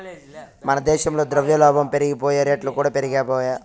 మన దేశంల ద్రవ్యోల్బనం పెరిగిపాయె, రేట్లుకూడా పెరిగిపాయె